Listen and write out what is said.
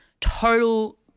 total